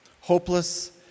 hopeless